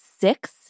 six